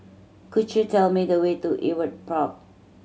could you tell me the way to Ewart Park